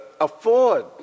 afford